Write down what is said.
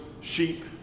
sheep